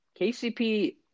KCP